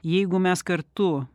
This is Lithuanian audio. jeigu mes kartu